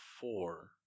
four